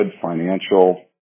financial